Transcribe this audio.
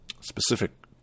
specific